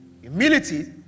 humility